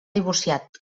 divorciat